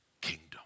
kingdom